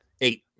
Eight